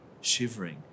shivering